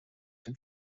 den